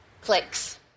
Clicks